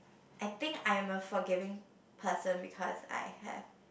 I think I'm a forgiving person because I have